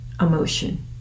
emotion